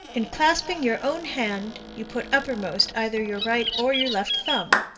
in clasping your own hand, you put uppermost either your right or your left thumb.